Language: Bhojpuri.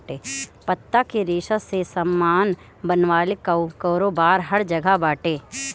पत्ता के रेशा से सामान बनवले कअ कारोबार हर जगह बाटे